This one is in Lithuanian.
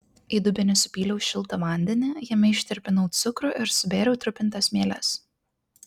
į dubenį supyliau šiltą vandenį jame ištirpinau cukrų ir subėriau trupintas mieles